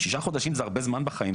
שישה חודשים זה הרבה זמן בחיים,